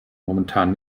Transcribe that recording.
momentan